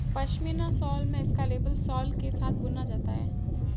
pashmina shawl में इसका label सोल के साथ बुना जाता है